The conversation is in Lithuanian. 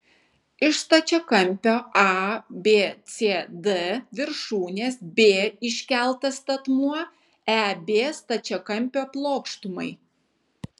iš stačiakampio abcd viršūnės b iškeltas statmuo eb stačiakampio plokštumai